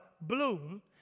bloom